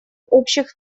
общих